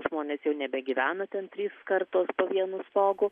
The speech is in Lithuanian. žmonės jau nebegyvena ten trys kartos po vienu stogu